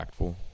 impactful